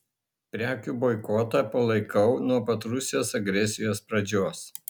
prekių boikotą palaikau nuo pat rusijos agresijos pradžios